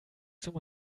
zum